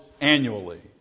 annually